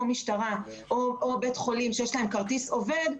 או משטרה או בית חולים שיש להם כרטיס עובד,